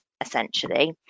essentially